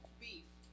beef